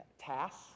tasks